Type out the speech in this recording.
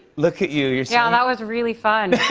look at you. yeah, yeah um that was really fun.